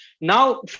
Now